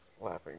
laughing